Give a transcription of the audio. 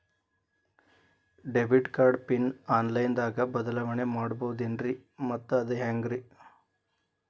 Debit card PIN online ದಾಗ ಬದಲಾವಣೆ ಮಾಡಬಹುದೇನ್ರಿ ಮತ್ತು ಅದು ಹೆಂಗ್ರಿ?